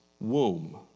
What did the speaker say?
womb